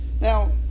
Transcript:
Now